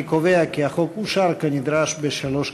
אני קובע כי החוק אושר כנדרש בשלוש קריאות.